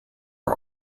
are